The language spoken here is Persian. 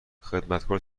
خدمتکار